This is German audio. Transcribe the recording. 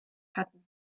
hatten